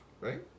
right